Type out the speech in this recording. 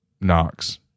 Knox